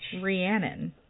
Rhiannon